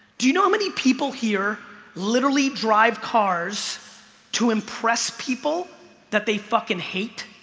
do you know how many people here literally drive cars to impress people that they fucking hate?